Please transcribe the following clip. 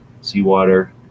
seawater